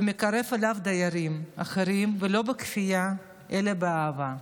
ומקרב אליו דיירים אחרים לא בכפייה אלא באהבה.